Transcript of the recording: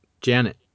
Janet